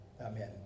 Amen